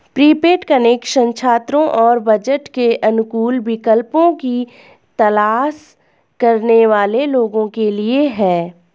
prepaid connection छात्रों और budget के अनुकूल विकल्पों की तलाश करने वाले लोगों के लिए है